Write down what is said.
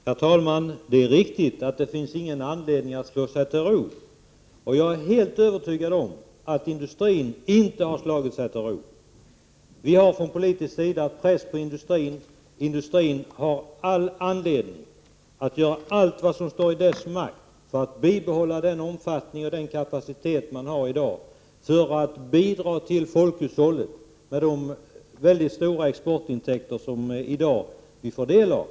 Herr talman! Det är riktigt att det inte finns någon anledning att slå sig till ro. Jag är alldeles övertygad om att industrin inte har slagit sig till ro. Från politisk sida har vi utövat press på industrin, och industrin har all anledning att göra allt som står i dess makt för att bibehålla den exportkapacitet man har i dag och som bidrar till folkhushållet med stora exportintäkter, som vi idag — Prot. 1988/89:44 får del av.